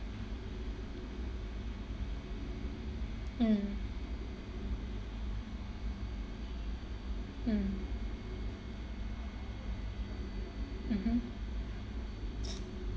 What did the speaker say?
mm mm mmhmm